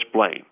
blame